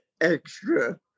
extra